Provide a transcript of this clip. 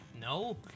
No